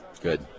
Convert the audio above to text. good